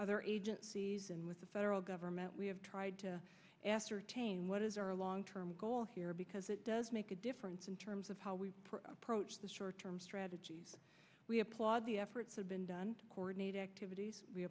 other agencies and with the federal government we have tried to ascertain what is our long term goal here because it does make a difference in terms of how we approach the short term strategies we applaud the efforts have been done to coordinate activities we